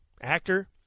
actor